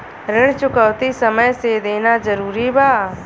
ऋण चुकौती समय से देना जरूरी बा?